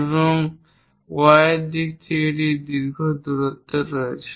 এবং এটি Y দিক থেকে দীর্ঘ দূরত্বে রয়েছে